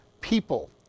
people